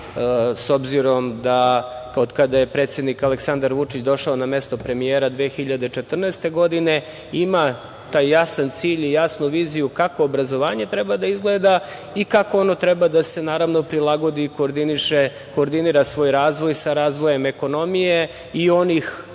s obzirom od kada je predsednik Aleksandar Vučić došao na mesto premijera 2014. godine, ima taj jasan cilj i jasnu viziju kako obrazovanje treba da izgleda i kako ono treba da se prilagodi i koordinira svoj razvoj sa razvojem ekonomije i onih